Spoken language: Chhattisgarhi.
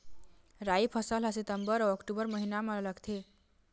राई फसल हा सितंबर अऊ अक्टूबर महीना मा लगथे